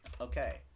Okay